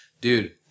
dude